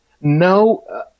no